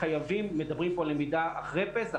מדברים פה על למידה אחרי פסח,